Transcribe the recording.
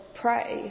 pray